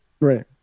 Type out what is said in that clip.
Right